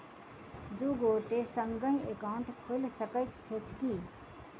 दु गोटे संगहि एकाउन्ट खोलि सकैत छथि की?